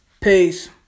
peace